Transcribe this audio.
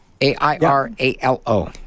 A-I-R-A-L-O